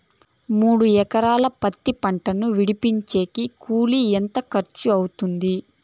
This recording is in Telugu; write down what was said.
మూడు ఎకరాలు పత్తి పంటను విడిపించేకి కూలి ఎంత ఖర్చు అవుతుంది?